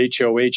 HOH